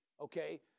okay